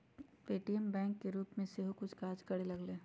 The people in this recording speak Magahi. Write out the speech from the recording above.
पे.टी.एम बैंक के रूप में सेहो कुछ काज करे लगलै ह